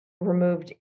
removed